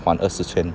换二十千